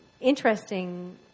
interesting